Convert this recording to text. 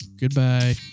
Goodbye